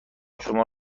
شما